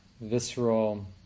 visceral